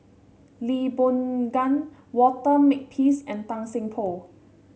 Lee Boon Ngan Walter Makepeace and Tan Seng Poh